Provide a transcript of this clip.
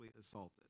assaulted